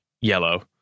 yellow